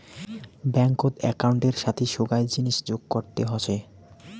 ব্যাঙ্কত একউন্টের সাথি সোগায় জিনিস যোগ করতে হসে